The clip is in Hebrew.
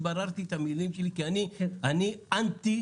בררתי את המילים שלי כי אני אנטי,